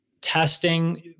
testing